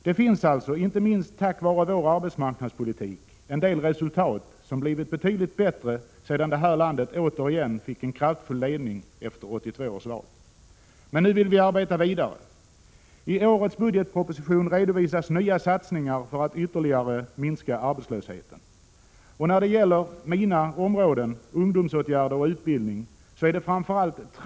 Det finns alltså, inte minst tack vare vår arbetsmarknadspolitik, en del resultat som blivit betydligt bättre sedan det här landet återigen fick en kraftfull ledning efter 1982 års val. Men nu vill vi arbeta vidare. I årets budgetproposition redovisas nya satsningar för att ytterligare minska arbetslösheten. När det gäller ”mina” områden, ungdomsåtgärder och utbildning, är det framför allt tre frågor på — Prot.